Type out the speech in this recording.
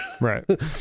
Right